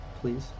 please